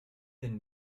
den